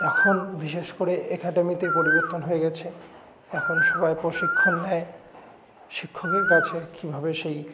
এখন বিশেষ করে অ্যাকাডেমিতে পরিবর্তন হয়ে গেছে এখন সবাই প্রশিক্ষণ নেয় শিক্ষকের কাছে কীভাবে সেই